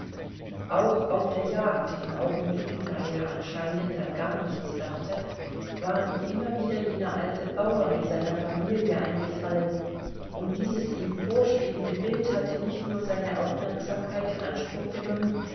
auch auf der jagd in augenblicken da er anscheinend an gar nichts dachte war ihm immer wieder jener alte bauer mit seiner familie eingefallen und dieses ihm vorschwebende bild hatte nicht nur seine aufmerksamkeit in anspruch genommen